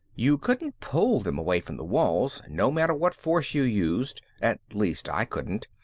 you couldn't pull them away from the wall no matter what force you used, at least i couldn't,